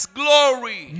glory